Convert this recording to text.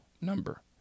number